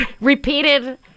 repeated